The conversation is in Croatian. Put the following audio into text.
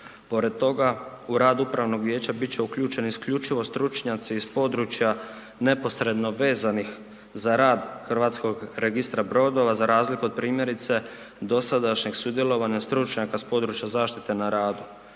Pored toga, u rad upravnog vijeća bit će uključeni isključivo stručnjaci iz područja neposredno vezanih za Hrvatskog registra brodova za razliku od primjerice dosadašnjeg sudjelovanja stručnjaka s područja zaštite na radu,